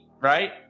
right